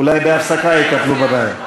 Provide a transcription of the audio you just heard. אולי בהפסקה יטפלו בבעיה.